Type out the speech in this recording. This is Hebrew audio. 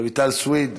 רויטל סויד,